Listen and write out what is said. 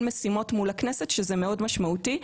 משימות מול הכנסת שזה מאוד משמעותי.